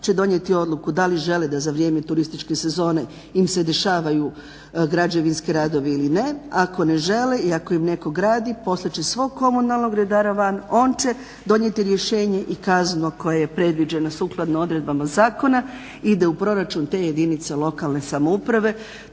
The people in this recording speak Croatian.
će donijeti odluku da li žele da za vrijeme turističke sezone im se dešavaju građevinski radovi ili ne. Ako ne žele i ako im netko gradi poslat će svog komunalnog redara van. On će donijeti rješenje i kaznu koja je predviđena sukladno odredbama zakona, ide u proračun te jedinice lokalne samouprave.